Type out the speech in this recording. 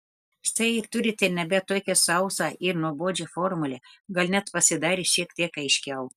štai ir turite nebe tokią sausą ir nuobodžią formulę gal net pasidarė šiek tiek aiškiau